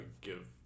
give